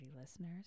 listeners